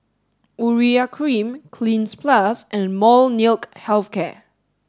Urea Cream Cleanz plus and Molnylcke health care